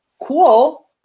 Cool